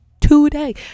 today